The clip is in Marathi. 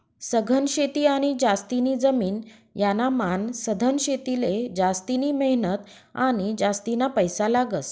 सघन शेती आणि जास्तीनी जमीन यानामान सधन शेतीले जास्तिनी मेहनत आणि जास्तीना पैसा लागस